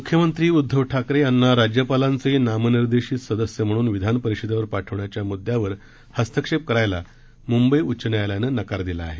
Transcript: मुख्यमंत्री उद्धव ठाकरे यांना राज्यपालांचे नामनिर्देशित सदस्य म्हणून विधान परिषदेवर पाठवण्याच्या मुद्द्यावर हस्तक्षेप करायला मुंबई उच्च न्यायालयानं नकार दिला आहे